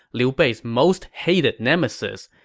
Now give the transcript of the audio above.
liu bei's most hated nemesis,